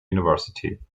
university